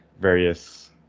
various